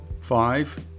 Five